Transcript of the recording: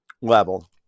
level